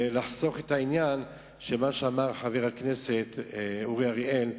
ולחסוך את מה שאמר חבר הכנסת אורי אריאל,